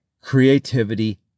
Creativity